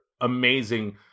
amazing